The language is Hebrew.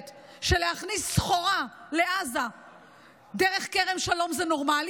שלהכניס סחורה לעזה דרך כרם שלום זה נורמלי.